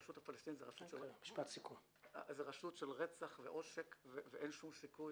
הרשות הפלסטינית היא רשות של רצח ועושק ואין שום סיכוי